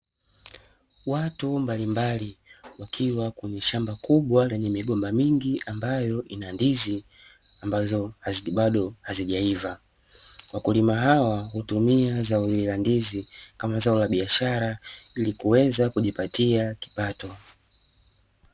Watu mbalimbali, wakiwa kwenye shamba kubwa lenye migomba mingi ambayo ina ndizi ambazo bado hazijaiva. Wakulima hawa hutumia zao hili la ndizi kama zao la biashara ili kuweza kujipatia kipato.